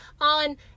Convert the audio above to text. on